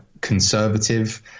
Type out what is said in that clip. conservative